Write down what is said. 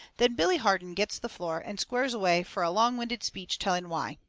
then billy harden gets the floor, and squares away fur a longwinded speech telling why.